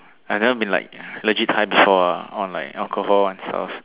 I never been like allergic times before eh on like alcohol oneself